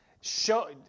Show